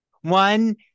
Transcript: One